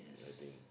I think